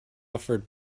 offered